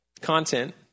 content